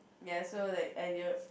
ya so like I did not